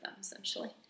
essentially